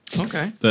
Okay